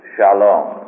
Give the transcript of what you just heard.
Shalom